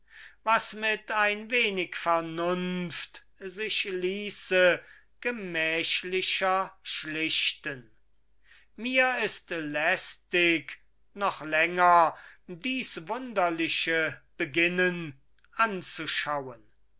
was mit ein wenig vernunft sich ließe gemächlicher schlichten mir ist lästig noch länger dies wunderliche beginnen anzuschauen